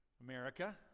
America